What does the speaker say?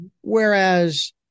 Whereas